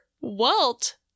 walt